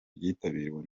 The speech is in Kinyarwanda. ryitabiriwe